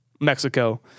Mexico